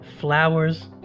flowers